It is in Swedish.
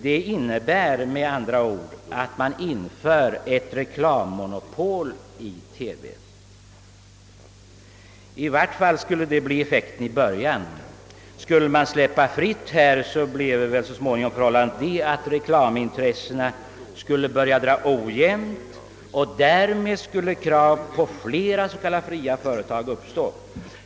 Det innebär med andra ord att man inför ett reklammonopol i TV; i vart fall skulle det bli effekten i början. Skulle man släppa reklamen fri, bleve väl så småningom förhållandet det, att reklamintressena skulle börja dra ojämnt, och därmed skulle krav på flera s.k. fria företag uppställas.